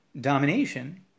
domination